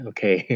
Okay